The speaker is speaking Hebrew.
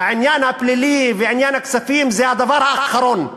העניין הפלילי ועניין הכספים הם הדבר האחרון,